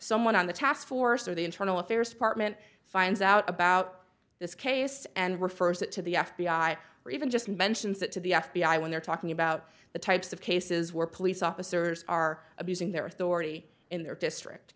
someone on the task force or the internal affairs department finds out about this case and refers it to the f b i or even just mentions it to the f b i when they're talking about the of cases where police officers are abusing their authority in their district